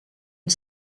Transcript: une